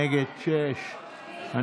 נגד, שישה.